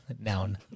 Noun